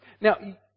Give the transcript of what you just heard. Now